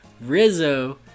Rizzo